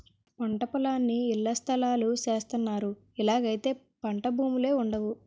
పంటపొలాలన్నీ ఇళ్లస్థలాలు సేసస్తన్నారు ఇలాగైతే పంటభూములే వుండవు